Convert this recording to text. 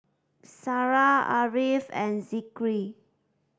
Sarah Ariff and Zikri